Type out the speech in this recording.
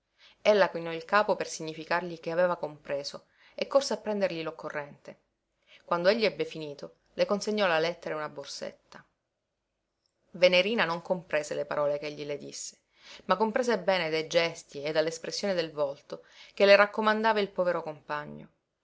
qualcosa ella chinò il capo per significargli che aveva compreso e corse a prendergli l'occorrente quando egli ebbe finito le consegnò la lettera e una borsetta venerina non comprese le parole ch'egli le disse ma comprese bene dai gesti e dall'espressione del volto che le raccomandava il povero compagno